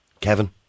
Kevin